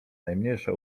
najmniejsza